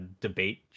debate